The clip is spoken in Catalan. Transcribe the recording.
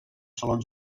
salons